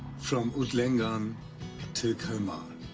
from utlangan til kalmar,